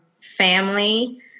family